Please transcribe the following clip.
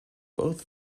both